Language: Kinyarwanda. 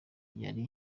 yari